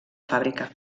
fàbrica